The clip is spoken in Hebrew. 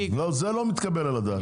זה לא מתקבל על הדעת.